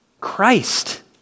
Christ